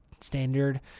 standard